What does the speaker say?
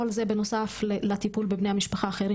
כל זה בנוסף לטיפול בבני המשפחה האחרים